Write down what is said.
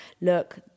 look